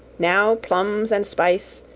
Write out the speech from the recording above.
now plums and spice,